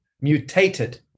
mutated